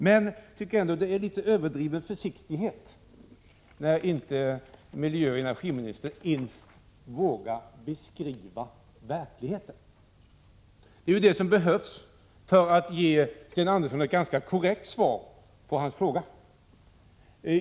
Jag tycker ändå det är en något överdriven försiktighet när miljöoch energiministern inte ens vågar beskriva verkligheten. Det är vad som behövs för att ge Sten Andersson i Malmö ett ganska korrekt svar på hans fråga.